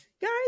guys